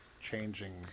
changing